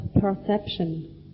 perception